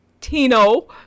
tino